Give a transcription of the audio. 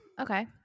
okay